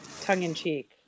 tongue-in-cheek